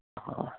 ਹਾਂ